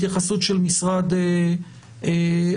התייחסות של משרד האוצר,